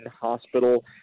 hospital